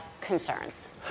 concerns